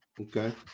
Okay